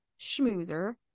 schmoozer